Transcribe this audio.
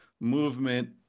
movement